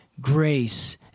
grace